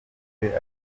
aricyo